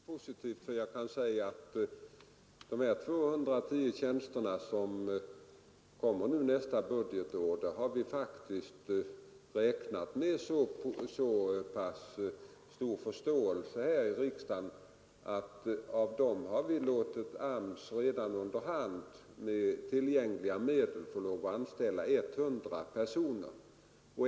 Herr talman! Ja, det blir ett mycket positivt besked. Jag kan säga att när det gäller de 210 tjänsterna som kommer nästa år har vi faktiskt räknat med så pass stor förståelse här i riksdagen att vi redan låtit AMS under hand med tillgängliga medel få lov att anställa 100 personer.